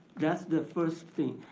that's the first thing.